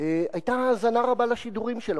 היתה האזנה רבה לשידורים שלו,